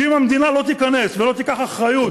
אם המדינה לא תיכנס ולא תיקח אחריות,